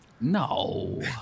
No